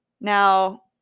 Now